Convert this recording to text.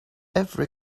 every